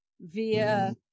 via